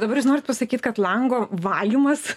dabar jūs norit pasakyt kad lango valymas